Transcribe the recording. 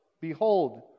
Behold